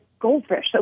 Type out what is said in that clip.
goldfish